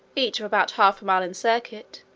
each of about half a mile in circuit,